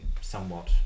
somewhat